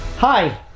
Hi